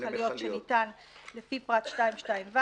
למכליות שניתן לפי פרט 2.2ו"